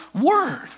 word